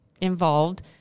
involved